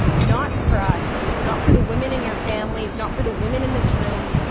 not for us, not for the women in your families, not for the women in this room,